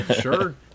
Sure